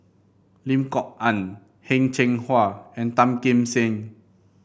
Lim Kok Ann Heng Cheng Hwa and Tan Kim Seng